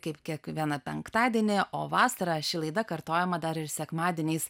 kaip kiekvieną penktadienį o vasarą ši laida kartojama dar ir sekmadieniais